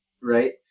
right